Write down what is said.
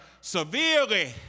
severely